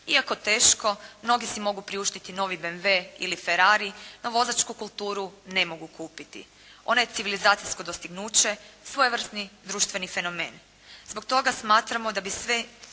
Iako teško mnogi si mogu priuštiti novi BMW ili Ferrari no vozačku kulturu ne mogu kupiti. Ona je civilizacijsko dostignuće, svojevrsni društveni fenomen. Zbog toga smatramo da bi sve